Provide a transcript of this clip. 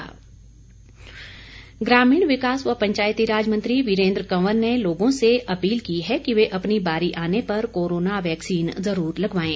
वीरेन्द्र कंवर ग्रामीण विकास व पंचायतीराज मंत्री वीरेन्द्र कंवर ने लोगों से अपील की है कि वे अपनी बारी आने पर कोरोना वैक्सीन ज़रूर लगवाएं